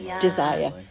desire